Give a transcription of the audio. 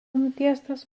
nutiestas